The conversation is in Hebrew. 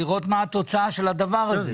לראות מה התוצאה של הדבר הזה.